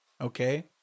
okay